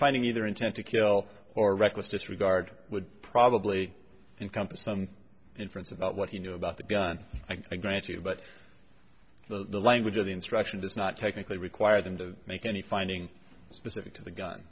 finding either intent to kill or reckless disregard would probably encompass some inference about what he knew about the gun i grant you but the language of the instruction does not technically require them to make any finding specific to the gun